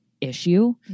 issue